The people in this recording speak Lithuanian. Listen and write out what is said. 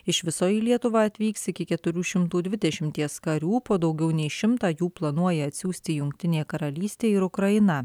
iš viso į lietuvą atvyks iki keturių šimtų dvidešimties karių po daugiau nei šimtą jų planuoja atsiųsti jungtinė karalystė ir ukraina